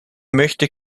möchte